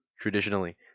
Traditionally